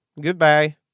Goodbye